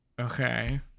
Okay